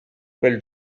quel